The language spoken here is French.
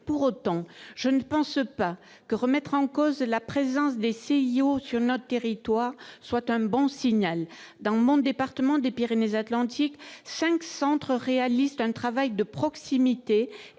Pour autant, la remise en cause de la présence des CIO sur notre territoire ne me paraît pas un bon signal. Dans mon département des Pyrénées-Atlantiques, cinq centres réalisent un travail de proximité